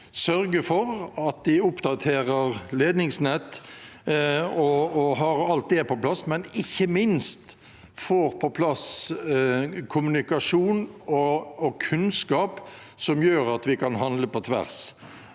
sørge for å oppdatere ledningsnett og ha alt det på plass, men ikke minst sørge for å få på plass kommunikasjon og kunnskap som gjør at vi kan handle på tvers.